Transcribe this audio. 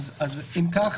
אם כך,